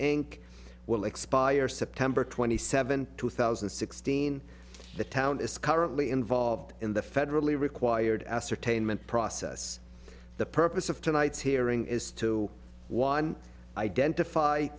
will expire september twenty seventh two thousand and sixteen the town is currently involved in the federally required ascertainment process the purpose of tonight's hearing is to one identify